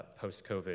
post-COVID